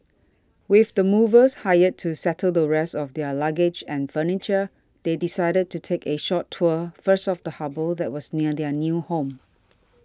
with the movers hired to settle the rest of their luggage and furniture they decided to take a short tour first of the harbour that was near their new home